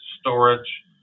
storage